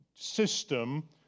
system